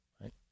right